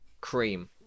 cream